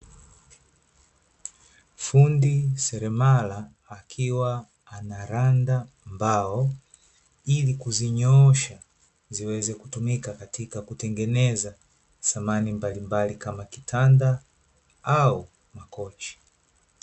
Fundi seremala akiwa anaranda mbao, ili kuzinyoosha ziweze kutumika katika kutengeneza samani mbalimbali kama; kitanda au makochi.